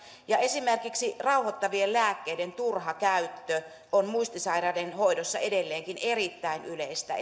esimerkiksi rauhoittavien lääkkeiden turha käyttö on muistisairaiden hoidossa edelleenkin erittäin yleistä